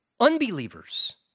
Unbelievers